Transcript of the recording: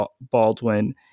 Baldwin